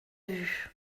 vue